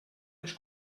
les